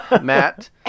Matt